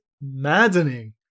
maddening